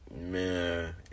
Man